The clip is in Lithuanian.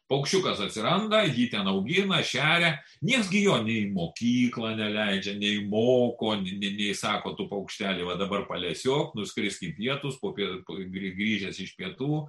paukščiukas atsiranda jį ten augina šeria nieks gi jo nei į mokyklą neleidžia nei moko ne nei sako tu paukšteli vat dabar palesiok nuskrisk į pietus po pie grįžęs iš pietų